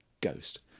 ghost